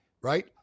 right